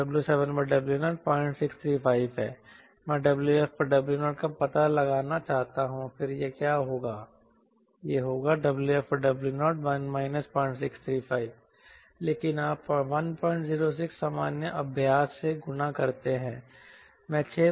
तो W7W0 0635 है मैं WfW0 का पता लगाना चाहता हूं फिर क्या होगा यह होगा WfW01 0635 लेकिन आप 106 सामान्य अभ्यास से गुणा करते हैं